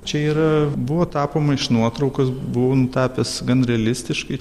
čia yra buvo tapoma iš nuotraukos buvau nutapęs gan realistiškai